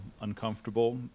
uncomfortable